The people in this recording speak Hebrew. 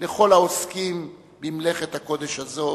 לכל העוסקים במלאכת הקודש הזאת,